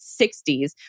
60s